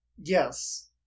yes